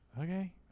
Okay